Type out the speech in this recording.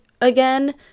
again